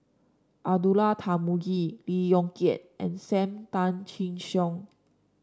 Abdullah Tarmugi Lee Yong Kiat and Sam Tan Chin Siong